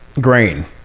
grain